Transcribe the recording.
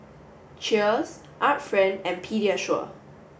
Cheers Art Friend and Pediasure